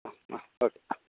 ആ ഓക്കേ